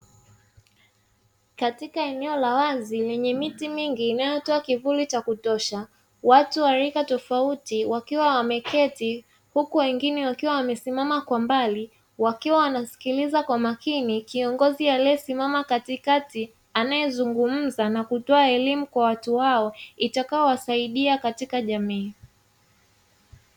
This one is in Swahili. Katika eneo la wazi lenye miti mingi inayotoa kivuli cha kutosha, watu wa rika tofauti wakiwa wameketi huku watu wa rika tofauti wakiwa wanasikiliza kwa makini kiongozi aliyesimama katikati, aliye zungumza na kutoa elimu kwa watu hao itakayowasaidia katika jamii.